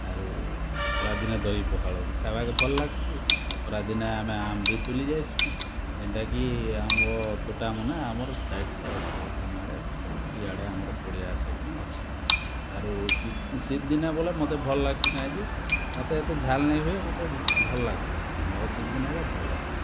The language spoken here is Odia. ଆରୁ ଖରା ଦିନେ ଦହି ପଖାଳ ଖାଇବାକେ ଭଲ୍ ଲାଗ୍ସି ଖରା ଦିନେ ଆମେ ଆମ୍ ବି ତୋଲି ଯାଇସୁଁ ଯେନ୍ଟା କି ଆମ୍ବ ତୋଟାମନେ ଆମର ସାଇଟ୍ରେ ଅଛେ ଯେନ୍ ଆଡ଼େ ଇଆଡ଼େ ଆମର ପଡ଼ିଆ ସାଇଟ୍ନେ ଅଛେ ଆରୁ ଶୀତ୍ ଦିନେ ବୋଲେ ମୋତେ ଭଲ୍ ଲାଗ୍ସି କାହିଁକି ମୋତେ ଏତେ ଝାଲ୍ ନାଇଁ ହୁଏ ମୋତେ ଭଲ୍ ଲାଗ୍ସି ମୋର୍ ଶୀତ୍ ଦିନେ ଏକା ଭଲ୍ ଲାଗ୍ସି